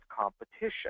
competition